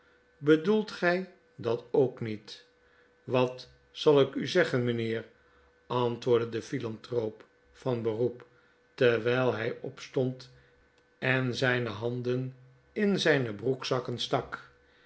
bedoelt gy dat ook niet wat zal ik u zeggen mynheer antwoordde de philanthroop van beroep terwyl hy opstond en zyne handen in zijne broekzakken stak